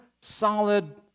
solid